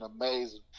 amazing